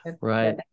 right